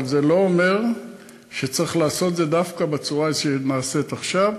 אבל זה לא אומר שצריך לעשות את זה דווקא בצורה שנעשית עכשיו.